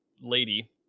lady